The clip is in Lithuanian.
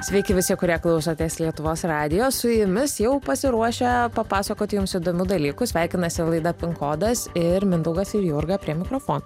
sveiki visi kurie klausotės lietuvos radijo su jumis jau pasiruošę papasakoti jums įdomių dalykų sveikinasi laida pin kodas ir mindaugas ir jurga prie mikrofono